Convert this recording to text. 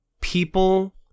people